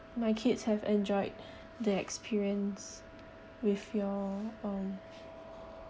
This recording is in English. my kids have enjoyed the experience with your um